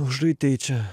užraitei čia